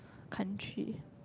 country